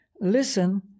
listen